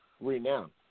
renowned